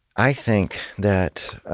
i think that